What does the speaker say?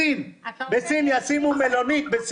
בסין ישימו מלונית.